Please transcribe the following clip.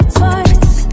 twice